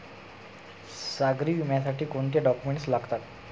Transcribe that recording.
सागरी विम्यासाठी कोणते डॉक्युमेंट्स लागतात?